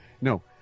No